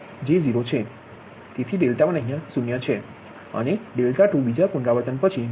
05j0 𝛿1 અહીયા 0 છે અને 𝛿2 બીજા પુનરાવર્તન પછી 3